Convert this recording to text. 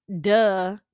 duh